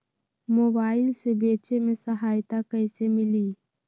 Mobile से बेचे में सहायता कईसे मिली?